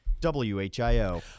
WHIO